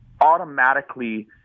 automatically